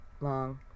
long